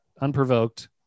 unprovoked